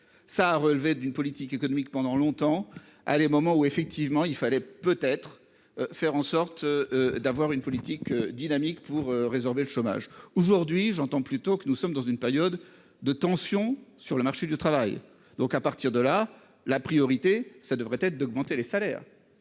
Ça a relevé d'une politique économique pendant longtemps à des moments où effectivement il fallait peut-être. Faire en sorte. D'avoir une politique dynamique pour résorber le chômage aujourd'hui, j'entends plus tôt que nous sommes dans une période de tension sur le marché du travail, donc à partir de là la priorité ça devrait être d'augmenter les salaires.